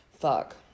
Fuck